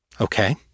Okay